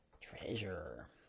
treasure